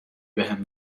بهم